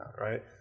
Right